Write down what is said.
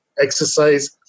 exercise